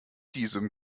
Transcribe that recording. diesem